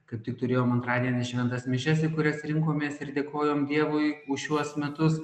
kaip tik turėjom antradienį šventas mišias į kurias rinkomės ir dėkojom dievui už šiuos metus